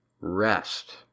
rest